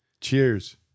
Cheers